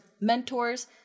mentors